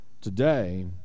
Today